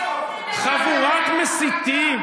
חבורת מסיתים.